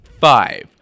Five